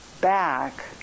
back